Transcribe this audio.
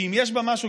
שאם יש בה משהו,